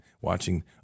watching